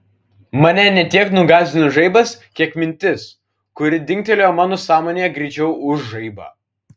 mane ne tiek nugąsdino žaibas kiek mintis kuri dingtelėjo mano sąmonėje greičiau už žaibą